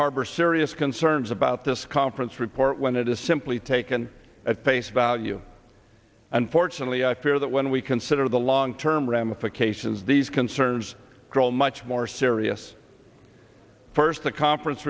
harbor serious concerns about this conference report when it is simply taken at face value unfortunately i fear that when we consider the long term ramifications these concerns grow much more serious first the conference